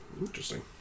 Interesting